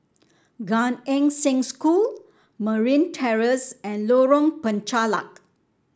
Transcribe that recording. Gan Eng Seng School Marine Terrace and Lorong Penchalak